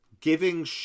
giving